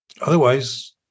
Otherwise